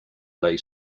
lay